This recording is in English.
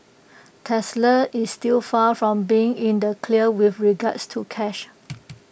Tesla is still far from being in the clear with regards to cash